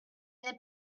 n’est